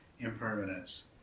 impermanence